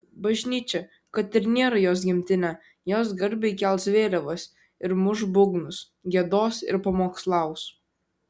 bažnyčia kad ir nėra jos gimtinė jos garbei kels vėliavas ir muš būgnus giedos ir pamokslaus